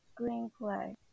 screenplay